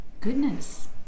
Goodness